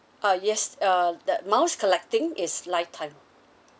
ah yes uh that miles collecting is lifetime